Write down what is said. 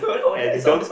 and doom